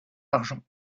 l’argent